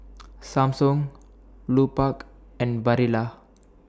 Samsung Lupark and Barilla